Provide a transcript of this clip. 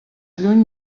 lluny